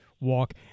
walk